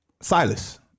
Silas